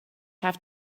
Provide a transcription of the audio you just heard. have